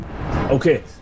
Okay